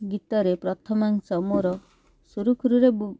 ଗୀତରେ ପ୍ରଥମାଂଶ ମୋର ସୁରୁଖୁରୁରେ